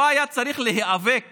לא היה צריך להיאבק